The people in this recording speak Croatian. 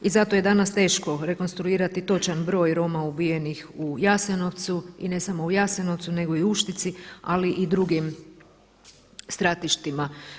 I zato je danas teško rekonstruirati točan broj Roma ubijenih u Jasenovcu i ne samo u Jasenovcu, nego i Uštici, ali i drugim stratištima.